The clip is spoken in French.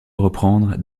reprendre